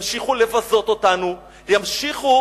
ימשיכו